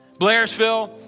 Blairsville